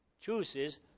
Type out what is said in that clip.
chooses